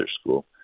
school